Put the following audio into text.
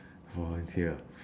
volunteer